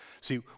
See